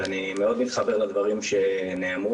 ואני מאוד מתחבר לדברים שנאמרו.